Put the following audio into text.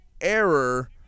error